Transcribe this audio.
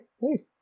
hey